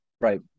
right